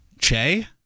Che